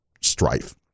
strife